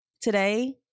Today